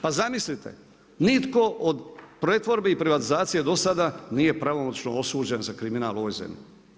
Pa zamislite, nitko od pretvorbe i privatizacije do sada nije pravomoćno osuđen za kriminal u ovoj zemlji.